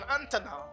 antenna